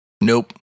Nope